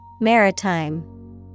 maritime